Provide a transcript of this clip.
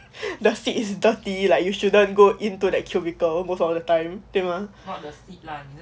the seat is dirty like you shouldn't go into that cubicle most of the time 对吗